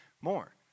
more